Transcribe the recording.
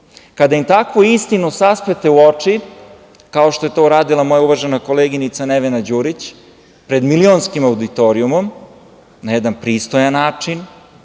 Kada im takvu istinu saspete u oči, kao što je to uradila moja uvažena koleginica Nevena Đurić, pred milionskim auditorijumom, na jedan pristojan način,